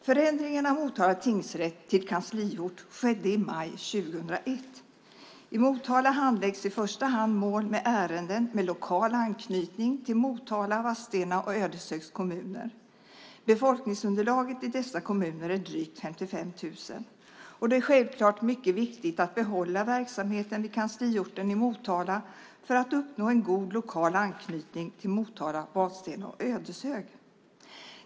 Förändringen av Motala tingsrätt till kansliort skedde i maj 2001. I Motala handläggs i första hand mål med ärenden med lokal anknytning till Motala, Vadstena och Ödeshögs kommuner. Befolkningsunderlaget i dessa kommuner är drygt 55 000. Det är självklart mycket viktigt att behålla verksamheten vid kansliorten i Motala för att uppnå en god lokal anknytning till Motala, Vadstena och Ödeshög.